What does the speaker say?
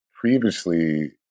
previously